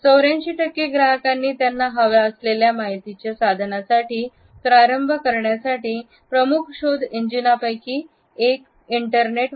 84 टक्के ग्राहकांनी त्यांना हव्या असलेल्या माहितीच्या साधना साठी आणि प्रारंभ करण्यासाठी प्रमुख शोध इंजिनपैकी एक वापरला